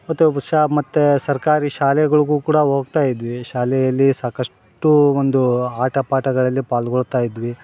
ಮತ್ತು ಒಬ್ ಮತ್ತು ಸರ್ಕಾರಿ ಶಾಲೆಗಳಿಗೂ ಕೂಡ ಹೋಗ್ತಾ ಇದ್ವಿ ಶಾಲೆಯಲ್ಲಿ ಸಾಕಷ್ಟು ಒಂದು ಆಟ ಪಾಠಗಳಲ್ಲಿ ಪಾಲ್ಗೊಳ್ತಾಯಿದ್ವಿ